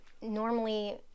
Normally